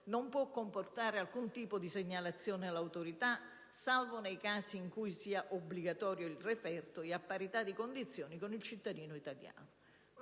non può comportare alcun tipo di segnalazione all'autorità, salvo nei casi in cui sia obbligatorio il referto ed a parità di condizioni con il cittadino italiano.